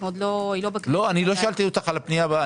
לא שאלתי אותך על הפנייה הבאה.